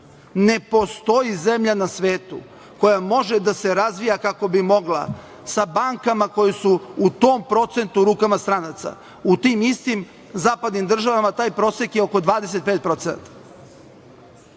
Ne postoji zemlja na svetu koja može da se razvija kako bi mogla sa bankama koje su u tom procentu u rukama stranaca. U tim istim zapadnim državama taj prosek je oko 25%.